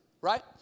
right